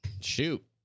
shoot